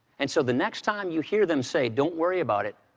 and so the next time you hear them say, don't worry about it,